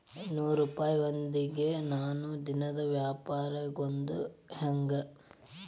ನೂರುಪಾಯದೊಂದಿಗೆ ನಾನು ದಿನದ ವ್ಯಾಪಾರಿಯಾಗೊದ ಹೆಂಗ?